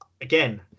Again